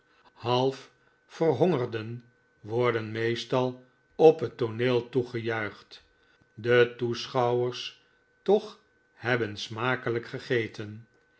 half verhongerden worden meestal op het tooneel toegejuicht de toeschouwers toch hebben smakelijk gegeten